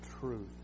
truth